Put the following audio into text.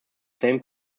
same